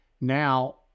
now